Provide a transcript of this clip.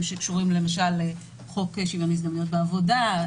שקשורים למשל לחוק שוויון הזדמנויות בעבודה,